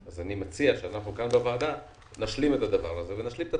אני מציע שכאן בוועדה נשלים את הצעד.